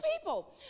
people